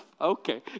Okay